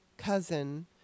cousin